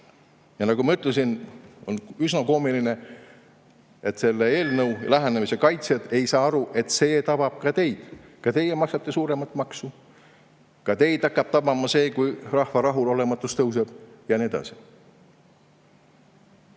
Nagu ma ütlesin, on üsna koomiline, et selle eelnõu lähenemise kaitsjad ei saa aru, et see tabab ka neid. Ka nemad maksavad suuremat maksu, ka neid hakkab tabama see, kui rahva rahulolematus tõuseb ja nii edasi.